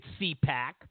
CPAC